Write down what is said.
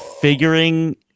figuring